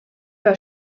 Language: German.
war